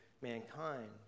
mankind